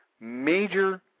major